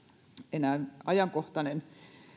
enää ajankohtainen